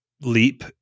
leap